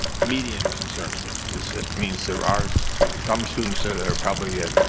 median concerns me. cause it means there are some students ah that are probably at